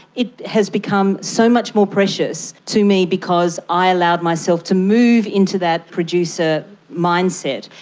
it has become so much more precious to me because i allowed myself to move into that producer mindset.